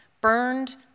burned